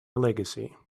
legacy